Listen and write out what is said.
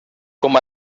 com